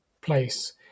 place